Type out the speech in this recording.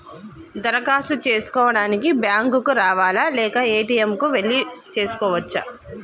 దరఖాస్తు చేసుకోవడానికి బ్యాంక్ కు రావాలా లేక ఏ.టి.ఎమ్ కు వెళ్లి చేసుకోవచ్చా?